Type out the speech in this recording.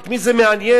את מי זה מעניין?